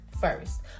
first